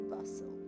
bustle